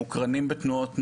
מוקרנים בתנועות נוער.